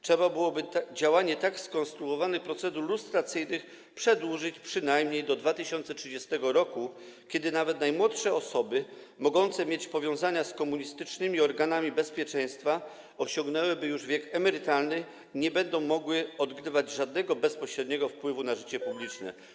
Trzeba byłoby działanie tak skonstruowanych procedur lustracyjnych przedłużyć przynajmniej do 2030 r., kiedy to nawet najmłodsze osoby mogące mieć powiązania z komunistycznymi organami bezpieczeństwa osiągnęłyby już wiek emerytalny i nie mogłyby wywierać żadnego bezpośredniego wpływu na życie publiczne.